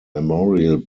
memorial